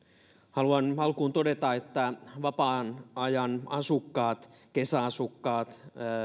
haluan alkuun todeta että vapaa ajanasukkaat kesäasukkaat